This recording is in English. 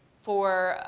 for,